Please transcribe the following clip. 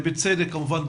בצדק כמובן,